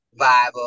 vibe